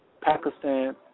Pakistan